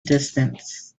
distance